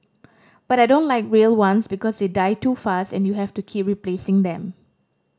but I don't like real ones because they die too fast and you have to keep replacing them